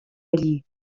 allí